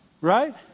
Right